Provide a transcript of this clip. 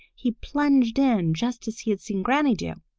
he plunged in just as he had seen granny do.